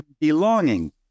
belonging